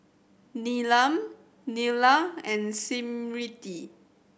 Neelam Neila and Smriti